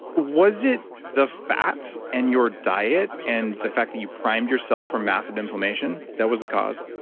was it the fats and your diet and the fact that you primed yourself for massive inflammation, that was the cause?